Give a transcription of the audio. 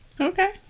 Okay